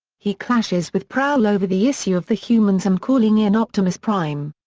he clashes with prowl over the issue of the humans and calling in optimus prime.